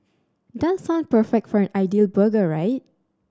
does sound perfect for an ideal burger right